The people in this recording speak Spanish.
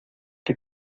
que